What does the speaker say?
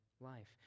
life